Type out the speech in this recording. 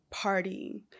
partying